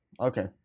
Okay